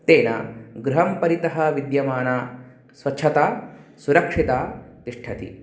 तेन गृहं परितः विद्यमाना स्वच्छता सुरक्षिता तिष्ठति